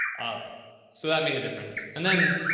ah so that made a difference. and then.